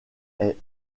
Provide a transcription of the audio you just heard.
est